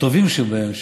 הטובים שבהם,